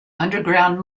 underground